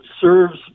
serves